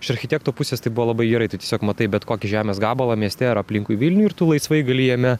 iš architekto pusės tai buvo labai gerai tu tiesiog matai bet kokį žemės gabalą mieste ar aplinkui vilnių ir tu laisvai gali jame